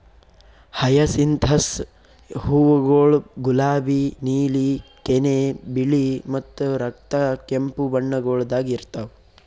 hyacinthus ಹೂವುಗೊಳ್ ಗುಲಾಬಿ, ನೀಲಿ, ಕೆನೆ, ಬಿಳಿ ಮತ್ತ ರಕ್ತ ಕೆಂಪು ಬಣ್ಣಗೊಳ್ದಾಗ್ ಇರ್ತಾವ್